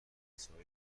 مسائل